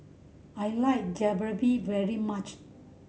I like Jalebi very much